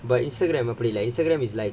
but Instagram அப்டில்ல:apdilla Instagram is like